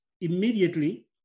immediately